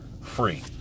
free